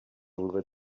voudrais